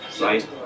right